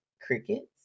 crickets